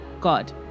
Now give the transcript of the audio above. God